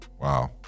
Wow